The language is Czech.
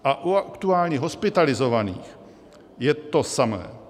A u aktuálně hospitalizovaných je to samé.